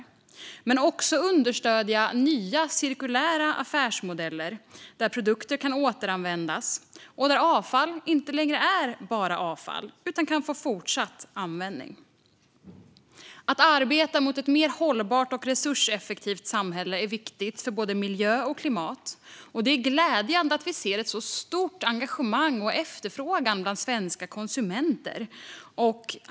Uppgiften är också att understödja nya cirkulära affärsmodeller där produkter kan återanvändas och där avfall inte längre är bara avfall utan kan få fortsatt användning. Att arbeta mot ett mer hållbart och resurseffektivt samhälle är viktigt för både miljö och klimat, och det är glädjande att vi ser ett så stort engagemang och en efterfrågan bland svenska konsumenter.